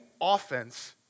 offense